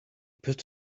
put